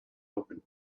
open